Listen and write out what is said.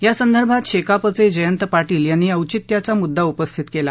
यासंदर्भात शेकापचे जयंत पाटील यांनी औचित्याचा मुद्दा उपस्थित केला